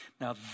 Now